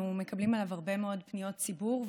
מקבלים עליו הרבה מאוד פניות ציבור,